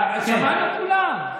שמענו, כולם.